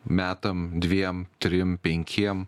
metam dviem trim penkiem